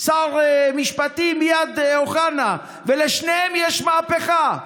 שר משפטים, מייד, אוחנה, ולשניהם יש מהפכה.